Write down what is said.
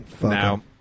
Now